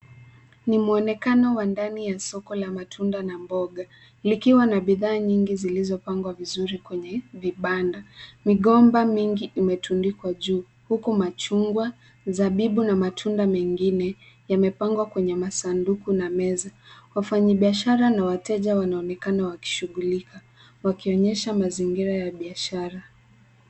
Ni muonekano wa ndani ya soko la matunda na mboga, likiwa na bidhaa nyingi zilizopandwa vizuri kwenye vibanda. Migomba mingi imetundikwa juu huku machungwa, mzabibu na matunda mengine yamepangwa kwenye masanduku na meza. Wafanyabiashara na wateja wanaonekana wakishughulika wakionyesha mazingira ya biashara.